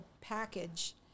package